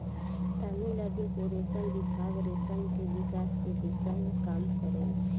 तमिलनाडु के रेशम विभाग रेशम के विकास के दिशा में काम करेला